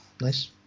Nice